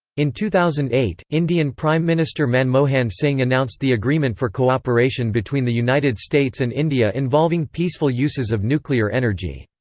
in two thousand and eight, indian prime minister manmohan singh announced the agreement for cooperation between the united states and india involving peaceful uses of nuclear energy.